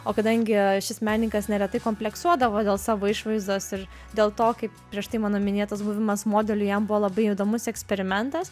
o kadangi šis menininkas neretai kompleksuodavo dėl savo išvaizdos ir dėl to kaip prieš tai mano minėtas buvimas modeliu jam buvo labai įdomus eksperimentas